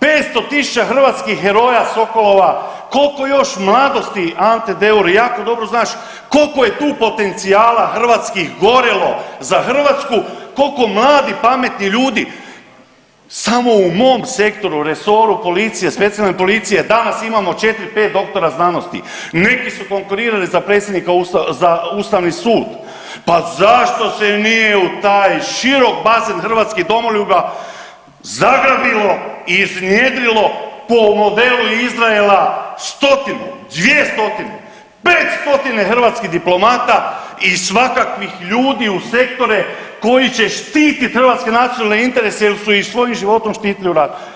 500 tisuća hrvatskih heroja sokolova, kolko još mladosti, Ante Deur jako dobro znaš kolko je tu potencijala hrvatskih gorilo za Hrvatsku, koliko mladih i pametnih ljudi samo u mom sektoru, resoru policije, specijalne policije, danas imamo 4-5 doktora znanosti, neki su konkurirali za predsjednika, za ustavni sud, pa zašto se nije u taj širok bazen hrvatskih domoljuba zagrabilo i iznjedrilo po modelu Izraela stotinu, dvije stotine, pet stotina hrvatskih diplomata i svakakvih ljudi u sektore koji će štitit hrvatske nacionalne interese jel su ih svojim životom štitili u ratu.